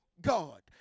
God